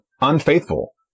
unfaithful